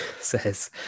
says